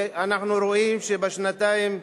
אנחנו רואים שבשנתיים,